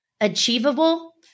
achievable